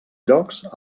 llocs